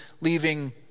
leaving